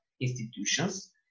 institutions